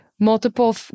multiple